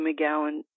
McGowan